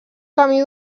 camí